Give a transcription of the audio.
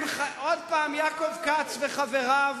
עוד פעם יעקב כץ וחבריו